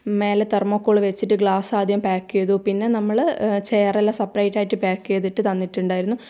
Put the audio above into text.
മേലെ തെർമോക്കോൾ വെച്ചിട്ട് ഗ്ലാസ് ആദ്യം പാക്ക് ചെയ്തു പിന്നെ നമ്മൾ ചെയറെല്ലാം സെപ്പറേറ്റ് ആയിട്ട് പാക്ക് ചെയ്തിട്ട് തന്നിട്ടുണ്ടായിരുന്നു